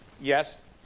yes